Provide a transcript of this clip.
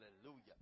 hallelujah